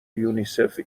یونیسف